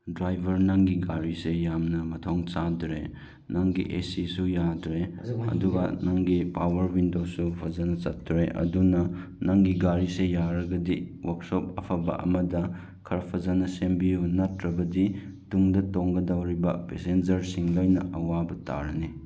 driver ꯅꯪꯒꯤ ꯒꯥꯔꯤꯁꯦ ꯌꯥꯝꯅ ꯃꯊꯣꯡ ꯆꯥꯗ꯭ꯔꯦ ꯅꯪꯒꯤ ꯑꯦꯁꯤꯁꯨ ꯌꯥꯗ꯭ꯔꯦ ꯑꯗꯨꯒ ꯅꯪꯒꯤ ꯄꯥꯋꯔ ꯋꯤꯟꯗꯣꯁꯨ ꯐꯖꯅ ꯆꯠꯇ꯭ꯔꯦ ꯑꯗꯨꯅ ꯅꯪꯒꯤ ꯒꯥꯔꯤꯁꯦ ꯌꯥꯔꯒꯗꯤ ꯋꯥꯔꯛꯁꯣꯞ ꯑꯐꯕ ꯑꯃꯗ ꯈꯔ ꯐꯖꯅ ꯁꯦꯝꯕꯤꯌꯨ ꯅꯠꯇ꯭ꯔꯕꯗꯤ ꯇꯨꯡꯗ ꯇꯣꯡꯗꯧꯔꯤꯕ ꯄꯦꯁꯦꯟꯖꯔꯁꯤꯡ ꯂꯣꯏꯅ ꯑꯋꯥꯕ ꯇꯥꯔꯅꯤ